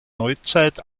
neuzeit